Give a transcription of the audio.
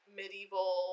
medieval